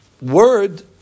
word